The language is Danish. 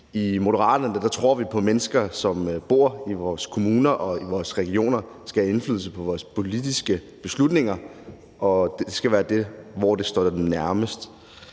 I Moderaterne tror vi på, at mennesker, som bor i vores kommuner og i vores regioner, skal have indflydelse på vores politiske beslutninger, og det skal være der, hvor det står dem nærmest.